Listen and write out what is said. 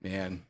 Man